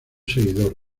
seguidor